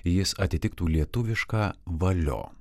jis atitiktų lietuvišką valio